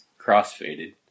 crossfaded